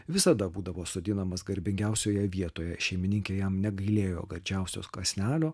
visada būdavo sodinamas garbingiausioje vietoje šeimininkė jam negailėjo gardžiausio kąsnelio